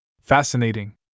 Fascinating